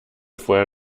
vorher